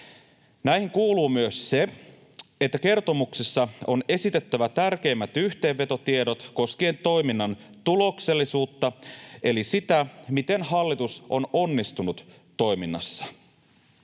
Näihin kuuluu myös se, että kertomuksessa on esitettävä tärkeimmät yhteenvetotiedot koskien toiminnan tuloksellisuutta eli sitä, miten hallitus on onnistunut toiminnassaan.